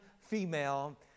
female